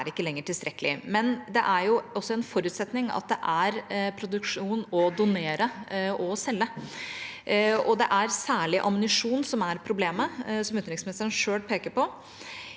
alene er ikke lenger tilstrekkelig.» Likevel er det også en forutsetning at det er produksjon av noe å donere og selge, og det er særlig ammunisjon som er problemet, som utenriksministeren selv peker på.